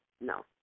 No